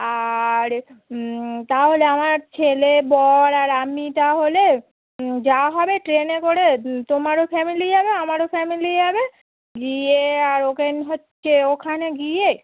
আর তাহলে আমার ছেলে বর আর আমি তাহলে যাওয়া হবে ট্রেনে করে তোমারও ফ্যামেলি যাবে আমারও ফ্যামেলি যাবে গিয়ে আর ওখানে হচ্ছে ওখানে গিয়ে